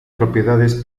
propiedades